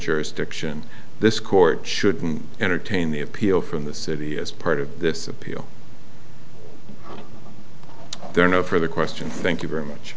jurisdiction this court should entertain the appeal from the city as part of this appeal there no for the question thank you very much